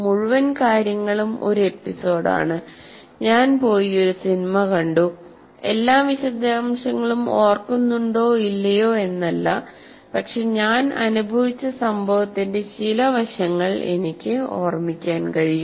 മുഴുവൻ കാര്യങ്ങളും ഒരു എപ്പിസോഡാണ് ഞാൻ പോയി ഒരു സിനിമ കണ്ടുഎല്ലാ വിശദാംശങ്ങളും ഓർക്കുന്നുണ്ടോ ഇല്ലയോ എന്നല്ല പക്ഷേ ഞാൻ അനുഭവിച്ച സംഭവത്തിന്റെ ചില വശങ്ങൾ എനിക്ക് ഓർമിക്കാൻ കഴിയും